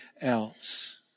else